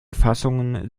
fassungen